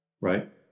right